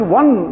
one